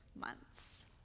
months